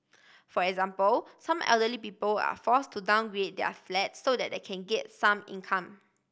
for example some elderly people are force to downgrade their flats so that they can get some income